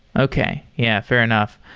okay. yeah, fair enough.